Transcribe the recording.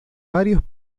varios